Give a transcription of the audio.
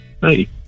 Hey